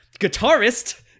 guitarist